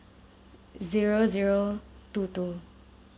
zero zero two two